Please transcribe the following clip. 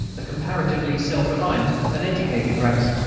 a comparatively self-reliant and educated race.